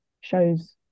shows